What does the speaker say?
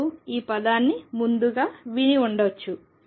మీరు ఈ పదాన్ని ముందుగా విని ఉండవచ్చు